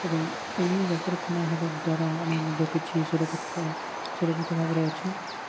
ଏବଂ ଏହି ଡାକ୍ତରଖାନା ହେବା ଦ୍ୱାରା ଆମେ ମଧ୍ୟ କିଛି ସୁରକ୍ଷିତ ସୁରକ୍ଷିତ ଭାବରେ ଅଛୁ